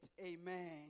Amen